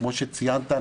כפי שציינת,